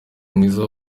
mwiza